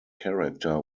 character